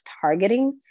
targeting